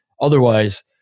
Otherwise